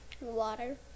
Water